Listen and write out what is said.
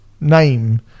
name